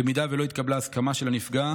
במידה שלא התקבלה הסכמה של נפגע